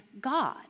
God